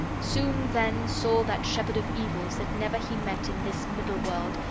soon then saw that shepherd-of-evils that never he met in this middle-world,